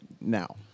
now